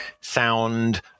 sound